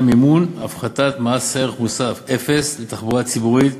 מימון הפחתת מס ערך מוסף לאפס לתחבורה ציבורית,